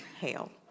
hail